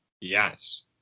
Yes